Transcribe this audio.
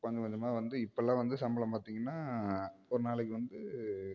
கொஞ்சம் கொஞ்சமாக வந்து இப்போல்லாம் வந்து சம்பளம் பார்த்திங்கனா ஒரு நாளைக்கு வந்து